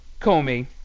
Comey